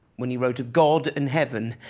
when he wrote of god and heaven,